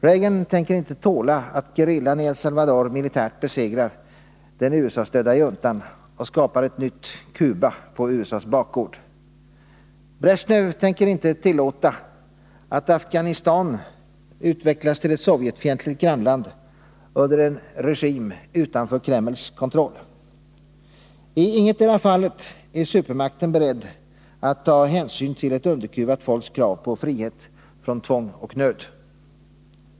Reagan tänker inte tåla att gerillan i El Salvador militärt besegrar den USA-stödda juntan och skapar ”ett nytt Cuba” på USA:s bakgård. Bresjnev tänker inte tillåta att Afghanistan utvecklas till ett Sovjetfientligt grannland under en regim utanför Kremls kontroll. I ingetdera fallet är supermakten beredd att ta hänsyn till ett underkuvat folks krav på frihet från tvång och nöd.